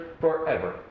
forever